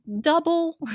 double